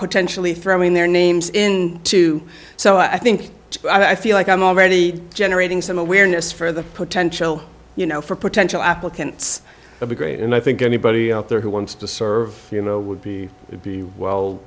potentially throwing their names in to so i think i feel like i'm already generating some awareness for the potential you know for potential applicants of the great and i think anybody out there who wants to serve you know would be would be well